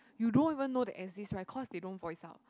you don't even know they exist right because they don't voice out